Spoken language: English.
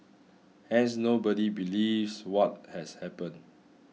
hence nobody believes what has happened